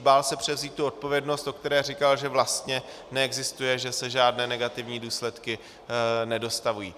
Bál se převzít tu odpovědnost, o které říkal, že vlastně neexistuje, že se žádné negativní důsledky nedostavují.